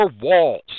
walls